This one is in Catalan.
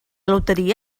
loteria